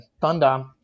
thunder